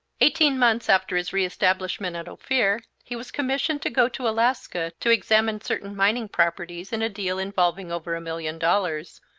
eighteen months after his re-establishment at ophir he was commissioned to go to alaska to examine certain mining properties in a deal involving over a million dollars,